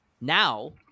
Now